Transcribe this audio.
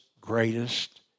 greatest